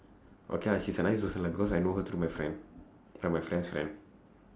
okay lah she is a nice person lah because I know her through my friend like my friend's friend